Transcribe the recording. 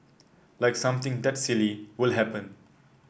like something that silly will happen